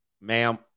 ma'am